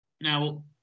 Now